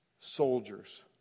soldiers